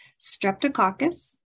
Streptococcus